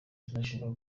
international